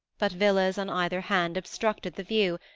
but villas on either hand obstructed the view,